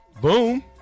Boom